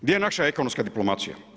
Gdje je naša ekonomska diplomacija?